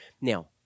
Now